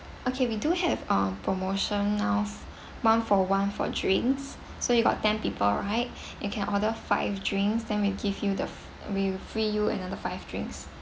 okay we do have a promotion now f~ one for one for drinks so you got ten people right you can order five drinks then we'll give you the f~ we'll free you another five drinks